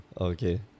Okay